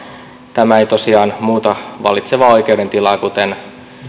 tämä ei tosiaan muuta vallitsevaa oikeudentilaa kuten